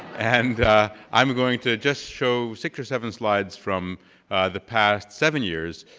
and i'm going to just show six or seven slides from the past seven years,